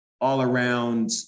all-around